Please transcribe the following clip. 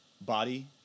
body